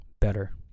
better